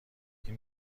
این